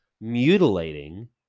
mutilating